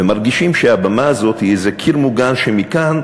ומרגישים שהבמה הזאת היא איזה קיר מוגן ומכאן,